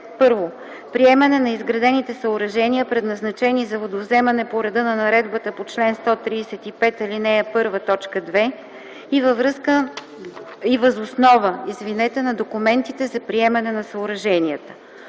1. приемане на изградените съоръжения, предназначени за водовземане по реда на наредбата по чл. 135, ал. 1, т. 2 и въз основа на документите за приемане на съоръженията;